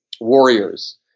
warriors